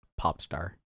Popstar